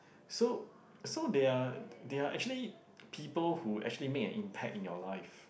so so they are they are actually people who actually make an impact in your life